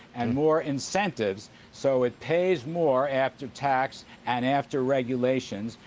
and more incentives so it pays more after tax and after regulation,